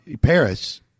Paris